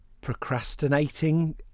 procrastinating